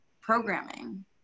programming